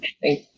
Thank